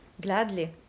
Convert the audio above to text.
Gladly